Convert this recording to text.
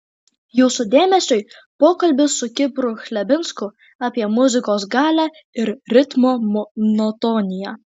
jūsų dėmesiui pokalbis su kipru chlebinsku apie muzikos galią ir ritmo monotoniją